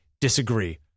disagree